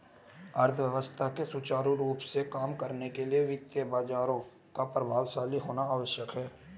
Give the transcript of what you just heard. अर्थव्यवस्था के सुचारू रूप से काम करने के लिए वित्तीय बाजारों का प्रभावशाली होना आवश्यक है